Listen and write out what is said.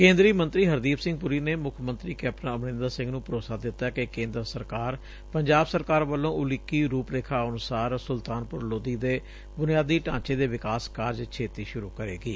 ਕੇਂਦਰੀ ਮੰਤਰੀ ਹਰਦੀਪ ਸਿੰਘ ਪੁਰੀ ਨੇ ਮੁੱਖ ਮੰਤਰੀ ਕੈਪਟਨ ਅਮਰਿੰਦਰ ਸਿੰਘ ਨ੍ੰ ਭਰੋਸਾ ਦਿੱਤੈ ਕਿ ਕੇਂਦਰ ਸਰਕਾਰ ਪੰਜਾਬ ਸਰਕਾਰ ਵੱਲੋਂ ਉਲੀਕੀ ਰੁਪ ਰੇਖਾ ਅਨੁਸਾਰ ਸੁਲਤਾਨਪੁਰ ਲੋਧੀ ਦੇ ਬੁਨਿਆਦੀ ਢਾਂਚੇ ਦੇ ਵਿਕਾਸ ਕਾਰਜ ਛੇਤੀ ਸ਼ਰ ਕਰੇਗੀ